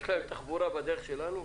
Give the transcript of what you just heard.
יש להם תחבורה בדרך שלנו?